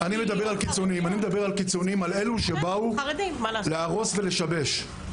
אני מדבר על קיצונים שבאו להרוס ולשבש.